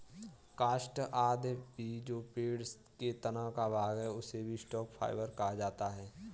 काष्ठ आदि भी जो पेड़ के तना का भाग है, उसे भी स्टॉक फाइवर कहा जाता है